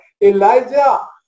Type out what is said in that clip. Elijah